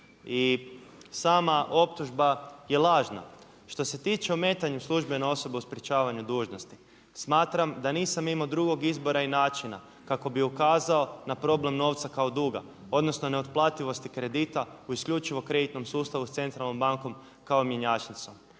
i sama optužba je lažna. Što se tiče o ometanju službene osobe u sprečavanju dužnosti, smatram da nisam imao drugog izbora i načina kako bi ukazao na problem novca kao duga odnosno ne otplativosti kredita u isključivo u kreditnom sustavu s Centralnom bankom kao mjenjačnicom.